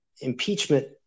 impeachment